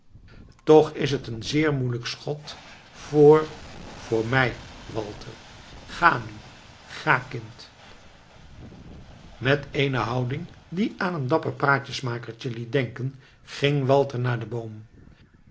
toch is het een zeer moeielijk schot voor voor mij walter ga nu ga kind met eene houding die aan een dapper praatsmakertje liet denken ging walter naar den boom